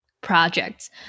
projects